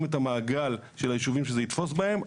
את המעגל של היישובים שזה יתפוס בהם.